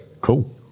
Cool